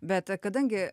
bet kadangi